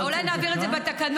אני נותן לך.